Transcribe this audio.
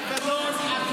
מי שואל אותך מה ללבוש?